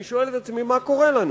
אני שואל את עצמי: מה קורה לנו?